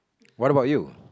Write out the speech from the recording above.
what about you